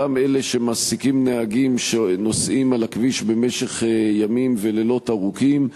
אותם אלה שמעסיקים נהגים שנוסעים על הכביש במשך ימים ולילות ארוכים,